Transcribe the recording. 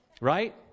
Right